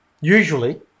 Usually